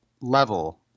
level